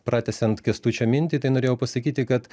pratęsiant kęstučio mintį tai norėjau pasakyti kad